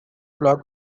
flag